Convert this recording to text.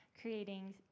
creating